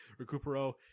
Recupero